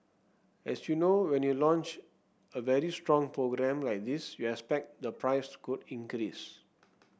as you know when you launch a very strong program like this you expect the price could increase